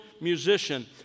musician